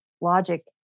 logic